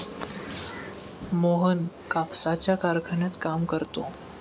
मोहन कापसाच्या कारखान्यात काम करतो